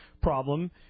problem